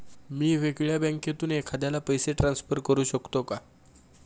मी वेगळ्या बँकेतून एखाद्याला पैसे ट्रान्सफर करू शकतो का?